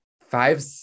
five